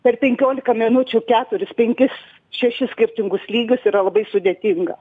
per penkiolika minučių keturis penkis šešis skirtingus lygius yra labai sudėtinga